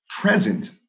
present